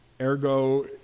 Ergo